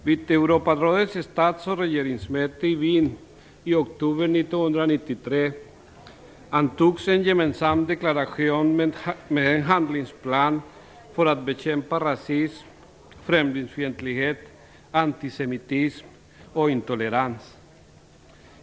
Vid Europarådets stats och regeringsmöte i Wien i oktober 1993 antogs en gemensam deklaration med en handlingsplan för bekämpandet av rasism, främlingsfientlighet, antisemitism och intolerans.